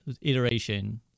iteration